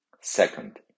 second